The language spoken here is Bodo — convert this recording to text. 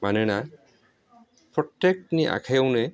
मानोना प्रत्थेकनि आखाइयावनो